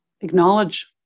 acknowledge